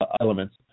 elements